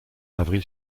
avril